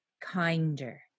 kinder